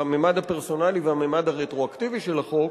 הממד הפרסונלי והממד הרטרואקטיבי של החוק,